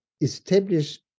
establish